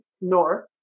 north